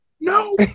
No